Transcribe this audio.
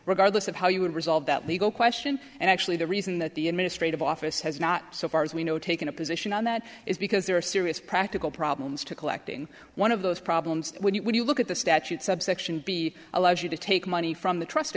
regardless of how you would resolve that legal question and actually the reason that the administrative office has not so far as we know taken a position on that is because there are serious practical problems to collecting one of those problems when you when you look at the statute subsection b allows you to take money from the trust